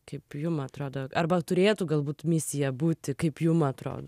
kaip jum atrodo arba turėtų galbūt misija būti kaip jum atrodo